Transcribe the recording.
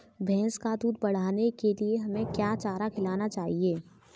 भैंस का दूध बढ़ाने के लिए हमें क्या चारा खिलाना चाहिए?